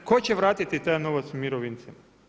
Tko će vratiti taj novac mirovincima?